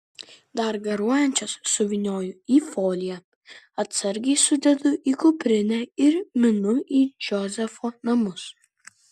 dar garuojančias suvynioju į foliją atsargiai sudedu į kuprinę ir minu į džozefo namus